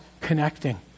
connecting